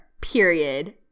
Period